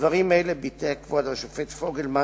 דברים אלה ביטא כבוד השופט פוגלמן